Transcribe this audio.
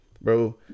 bro